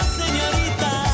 señorita